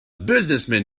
businessman